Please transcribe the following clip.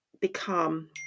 become